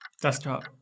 Desktop